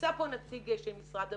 נמצא כאן נציג משרד הבריאות.